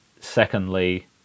secondly